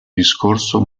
discorso